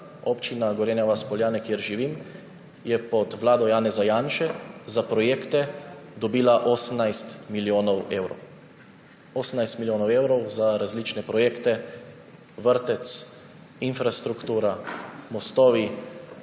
Občina Gorenja vas - Poljane, kjer živim, je pod vlado Janeza Janše za projekte dobila 18 milijonov evrov. 18 milijonov evrov za različne projekte: vrtec, infrastruktura, mostovi,